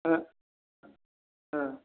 ஆ ஆ